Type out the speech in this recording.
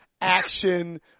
action